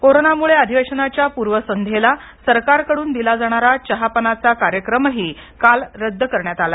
कोरोनामुळे अधिवेशनाच्या पुर्वसंध्येला सरकारकडून दिला जाणारा चहापानाचा कार्यक्रमही रद्द करण्यात आला